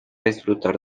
disfrutar